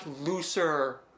looser